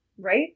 Right